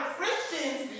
Christians